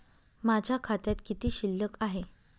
माझ्या खात्यात किती शिल्लक आहे?